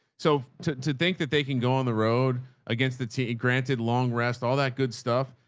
so to to think that they can go on the road against the tee, granted long rest, all that good stuff.